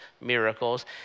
miracles